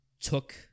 took